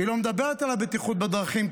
היא לא מדברת על הבטיחות בדרכים,